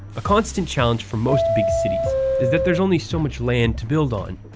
a constant challenge for most big cities is that there's only so much land to build on.